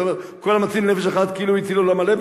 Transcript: "כל המציל נפש אחת כאילו הציל עולם מלא",